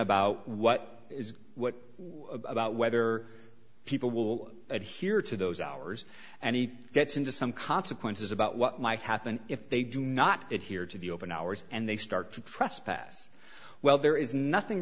about what is what about whether people will adhere to those hours and he gets into some consequences about what might happen if they do not get here to be open hours and they start to trespass well there is nothing